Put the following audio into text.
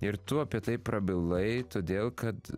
ir tu apie tai prabilai todėl kad